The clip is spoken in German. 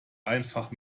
einfach